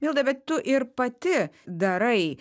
milda bet tu ir pati darai